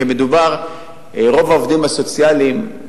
רוב העובדים הסוציאליים,